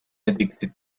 addicted